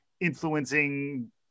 influencing